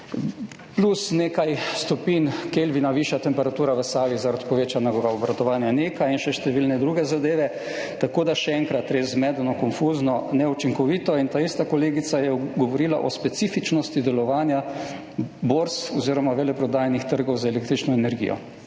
Plus nekaj stopinj kelvina višja temperatura v Savi zaradi povečanega obratovanja NEK, in še številne druge zadeve. Tako da, še enkrat, res zmedeno, konfuzno, neučinkovito. In ta ista kolegica je govorila o specifičnosti delovanja borz oziroma veleprodajnih trgov z električno energijo.